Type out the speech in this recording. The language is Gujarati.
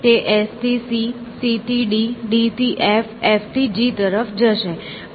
તે S થી C C થી D D થી F F થી G તરફ જશે